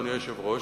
אדוני היושב-ראש,